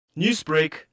Newsbreak